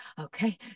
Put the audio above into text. okay